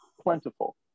plentiful